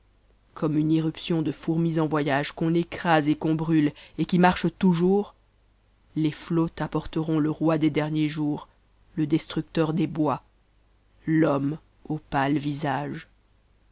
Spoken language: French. comme une irruption de fourmis en voyage qu'on écrase et qu'on brute et qui marchent toujours les flots t'apporteront le roi des derniers jours le destructeur des bois l'homme au paie visage